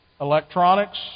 Electronics